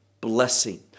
blessing